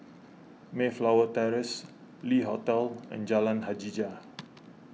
Mayflower Terrace Le Hotel and Jalan Hajijah